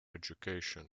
education